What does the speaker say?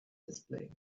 display